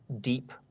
deep